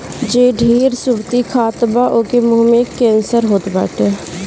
जे ढेर सुरती खात बा ओके के मुंहे के कैंसर होत बाटे